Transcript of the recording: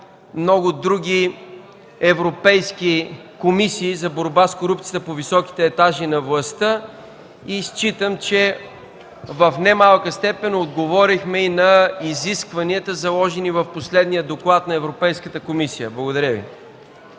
много други европейски комисии за борба с корупцията по високите етажи на властта. Смятам, че в немалка степен отговорихме и на изискванията, заложени в последния доклад на Европейската комисия. Благодаря Ви.